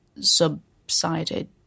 subsided